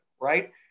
right